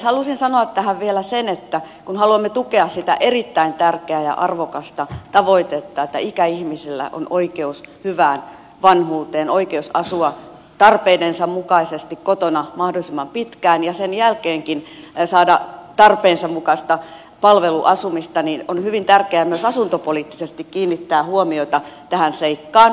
halusin sanoa tähän vielä sen että kun haluamme tukea sitä erittäin tärkeää ja arvokasta tavoitetta että ikäihmisillä on oikeus hyvään vanhuuteen oikeus asua tarpeidensa mukaisesti kotona mahdollisimman pitkään ja sen jälkeenkin saada tarpeensa mukaista palveluasumista niin on hyvin tärkeää myös asuntopoliittisesti kiinnittää huomiota tähän seikkaan